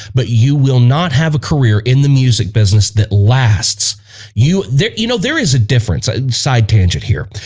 but you will not have a career in the music business that lasts you there you know, there is a difference a side tangent here.